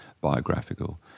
biographical